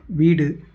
வீடு